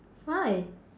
why